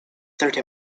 thirty